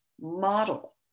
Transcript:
model